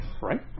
right